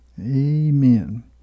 Amen